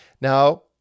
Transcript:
Now